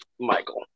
Michael